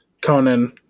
Conan